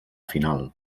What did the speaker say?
final